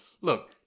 Look